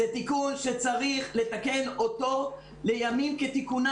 זה תיקון שצריך לתקן אותו לימים כתיקונים.